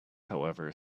however